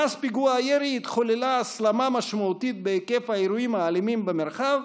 מאז פיגוע הירי התחוללה הסלמה משמעותית בהיקף האירועים האלימים במרחב,